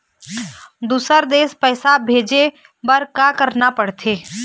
दुसर देश पैसा भेजे बार का करना पड़ते?